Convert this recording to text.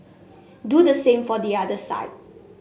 do the same for the other side